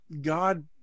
God